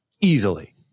easily